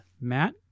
Matt